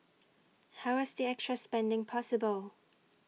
how was the extra spending possible